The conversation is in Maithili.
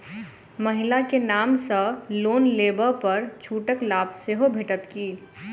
महिला केँ नाम सँ लोन लेबऽ पर छुटक लाभ सेहो भेटत की?